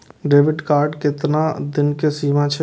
Debit card के केतना दिन के सीमा छै?